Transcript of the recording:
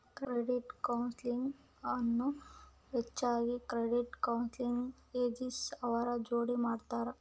credit counselling ಅನ್ನು ಹೆಚ್ಚಾಗಿ credit counselling agency ಅವ್ರ ಜೋಡಿ ಮಾಡ್ತರ